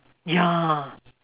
ya